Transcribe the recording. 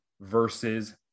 versus